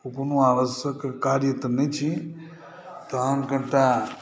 ओ कोनो आवश्यक काज एतऽ नहि छियै तहन फेर तऽ